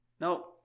No